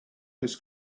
has